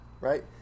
right